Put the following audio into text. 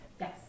Yes